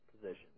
position